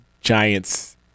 Giants